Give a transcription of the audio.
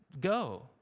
go